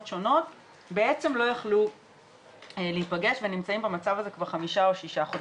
שונות בעצם לא יכלו להיפגש ונמצאים במצב הזה כבר חמישה או שישה חודשים.